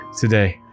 today